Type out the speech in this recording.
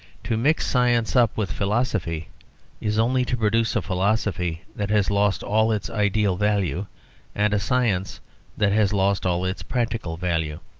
to mix science up with philosophy is only to produce a philosophy that has lost all its ideal value and science that has lost all its practical value.